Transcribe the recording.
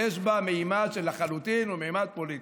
יש בה ממד שלחלוטין הוא ממד פוליטי.